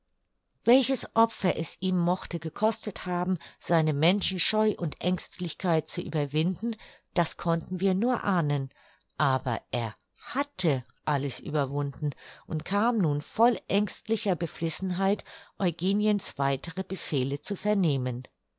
welches opfer es ihm mochte gekostet haben seine menschenscheu und aengstlichkeit zu überwinden das konnten wir nur ahnen aber er hatte alles überwunden und kam nun voll ängstlicher beflissenheit eugeniens weitere befehle zu vernehmen